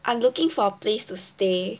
I'm looking for a place to stay